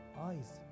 eyes